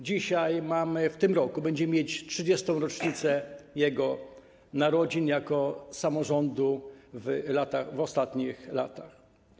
Dzisiaj mamy, w tym roku będziemy mieć 30. rocznicę jego narodzin jako samorządu w ostatnich latach.